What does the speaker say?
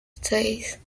seis